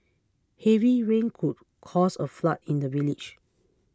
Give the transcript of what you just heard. heavy rains could caused a flood in the village